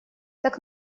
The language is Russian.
так